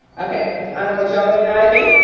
okay, honorable jolene ivey.